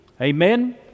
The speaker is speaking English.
Amen